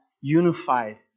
unified